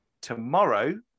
tomorrow